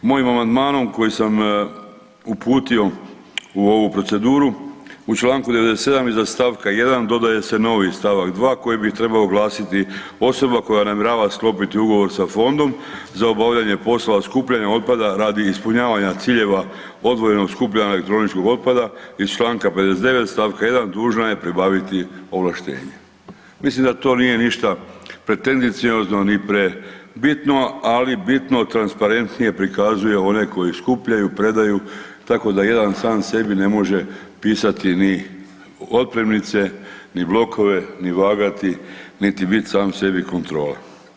Mojim amandmanom koji sam uputio u ovu proceduru u čl. 97. iza st. 1. dodaje se novi st. 2. koji bi trebao glasiti, „osoba koja namjerava sklopiti ugovor sa fondom za obavljanje skupljanja otpada radi ispunjavanja ciljeva odvojenog skupljanja elektroničkog otpada iz čl. 59. st. 1. dužna je pribaviti ovlaštenje.“ Mislim da to nije ništa pretenciozno niti prebitno, ali bitno transparentnije prikazuje one koji skupljaju, predaju tako da jedan sam sebi ne može pisati ni otpremnice, ni blokove, ni vagati, niti bit sam sebi kontrola.